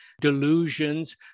delusions